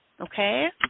okay